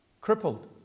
crippled